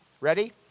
Ready